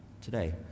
today